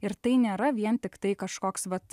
ir tai nėra vien tiktai kažkoks vat